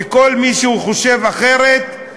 וכל מי שחושב אחרת,